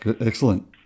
excellent